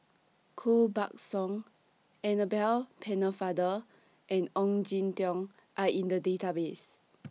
Koh Buck Song Annabel Pennefather and Ong Jin Teong Are in The Database